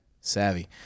savvy